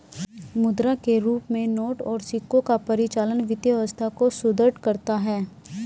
मुद्रा के रूप में नोट और सिक्कों का परिचालन वित्तीय व्यवस्था को सुदृढ़ करता है